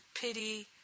pity